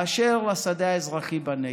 באשר לשדה האזרחי בנגב,